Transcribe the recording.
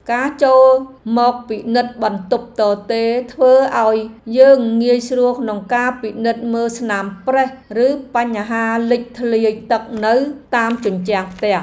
ការចូលមកពិនិត្យបន្ទប់ទទេរធ្វើឱ្យយើងងាយស្រួលក្នុងការពិនិត្យមើលស្នាមប្រេះឬបញ្ហាលេចធ្លាយទឹកនៅតាមជញ្ជាំងផ្ទះ។